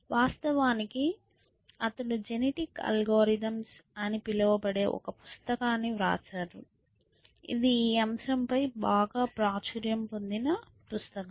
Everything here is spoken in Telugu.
వాస్తవానికి అతను జెనెటిక్ అల్గోరిథమ్స్ అని పిలువబడే ఒక పుస్తకాన్ని వ్రాశాడు ఇది ఈ అంశంపై బాగా ప్రాచుర్యం పొందిన పుస్తకం